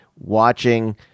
Watching